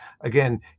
again